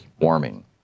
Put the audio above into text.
warming